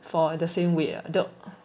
for the same wait ah the